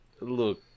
look